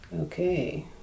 Okay